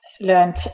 learned